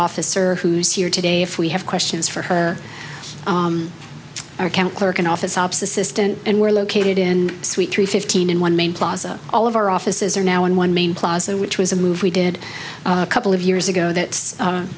officer who's here today if we have questions for her our county clerk and office ops assistant and we're located in suite three fifteen in one main plaza all of our offices are now on one main plaza which was a move we did a couple of years ago that's